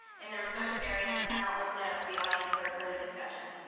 and their respective areas, and then i'll open it up to the audience for further discussion.